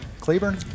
Cleburne